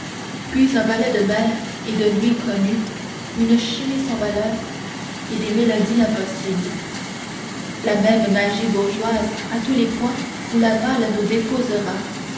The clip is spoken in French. puis un ballet de mers et de nuits connues une chimie sans valeur et des mélodies impossibles la même magie bourgeoise à tous les points où la malle nous déposera